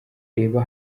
reba